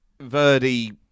Verdi